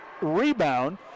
rebound